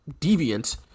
deviant